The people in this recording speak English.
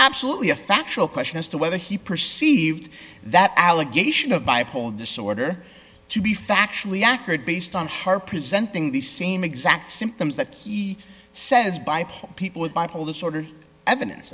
absolutely a factual question as to whether he perceived that allegation of bipolar disorder to be factually accurate based on her presenting the same exact symptoms that he says by people with bipolar disorder evidence